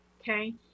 Okay